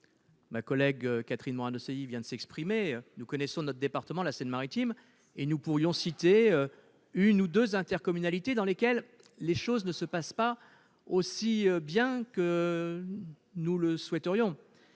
Ma collègue Catherine Morin-Desailly, qui vient de s'exprimer, et moi-même connaissons bien notre département, la Seine-Maritime. Nous pourrions citer une ou deux intercommunalités dans lesquelles les choses ne se passent pas aussi bien que nous le souhaiterions.